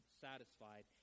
satisfied